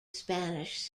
spanish